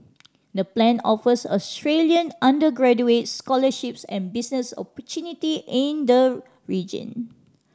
the plan offers Australian undergraduates scholarships and business opportunity in the region